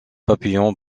papillons